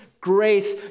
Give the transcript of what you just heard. grace